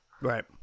right